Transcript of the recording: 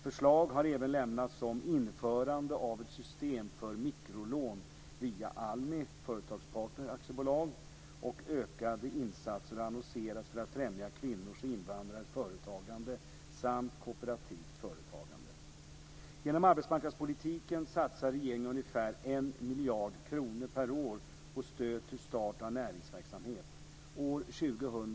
Förslag har även lämnats om införande av ett system för mikrolån via ALMI Företagspartner AB, och ökade insatser har annonserats för att främja kvinnors och invandrares företagande samt kooperativt företagande. Genom arbetsmarknadspolitiken satsar regeringen ungefär en miljard kronor per år på stöd till start av näringsverksamhet.